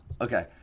Okay